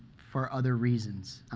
for other reasons.